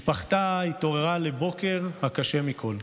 משפחתה התעוררה לבוקר הקשה מכול.